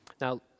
Now